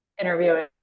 interviewing